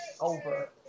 over